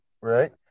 right